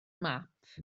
map